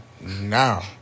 Now